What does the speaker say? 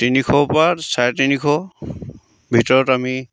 তিনিশৰপৰা চাৰে তিনিশ ভিতৰত আমি